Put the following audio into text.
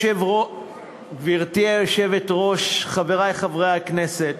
גברתי היושבת-ראש, חברי חברי הכנסת,